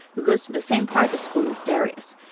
who goes to the same private school as darius.